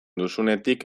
duzunetik